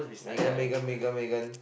Megan Megan Megan Megan